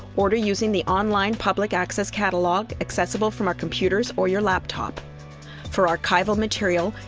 order using the online public access catalog accessible from our computers or your laptop for archival material,